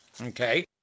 Okay